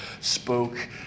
spoke